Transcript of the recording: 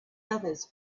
others